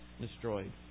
destroyed